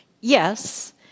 Yes